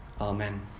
Amen